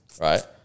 right